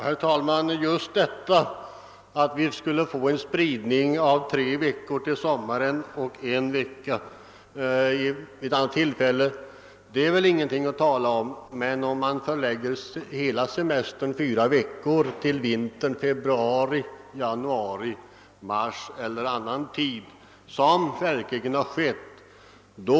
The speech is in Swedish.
Herr talman! Om semestern fördelas med tre veckor under sommaren och en vecka vid något annat tillfälle, finns. det väl ingenting att invända, men om man förlägger hela semestern på fyra veckor till tiden januari—februari— mars, såsom ibland har skett, tycker jag att man går för långt. Det är sådant vi vill undvika.